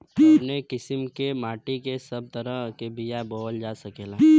कवने किसीम के माटी में सब तरह के बिया बोवल जा सकेला?